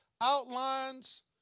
outlines